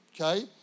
Okay